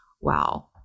wow